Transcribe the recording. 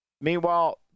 Meanwhile